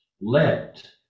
let